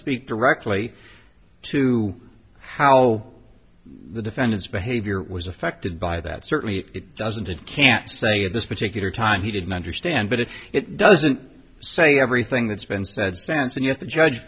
speak directly to how the defendant's behavior was affected by that certainly it doesn't it can't say at this particular time he didn't understand but if it doesn't say everything that's been said sense and yet the judge